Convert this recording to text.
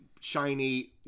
shiny